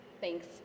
Thanks